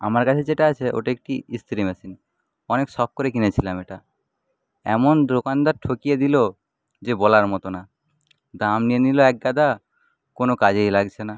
আমার কাছে যেটা আছে ওটা কী ইস্তিরি মেশিন অনেক শখ করে কিনেছিলাম এটা এমন দোকানদার ঠকিয়ে দিলো যে বলার মতো না দাম নিয়ে নিলো এক গাদা কোন কাজেই লাগছে না